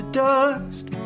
dust